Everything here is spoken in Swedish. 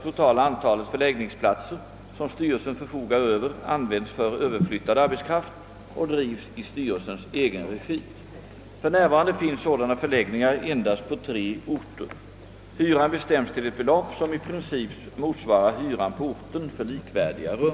talet förläggningsplatser som styrelsen förfogar över används för överflyttad arbetskraft och drivs i styrelsens egen regi. För närvarande finns sådana förläggningar endast på tre orter. Hyran bestäms till ett belopp som i princip motsvarar hyran på orten för likvärdiga rum.